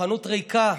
החנות ריקה.